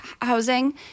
housing